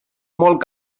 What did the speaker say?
molt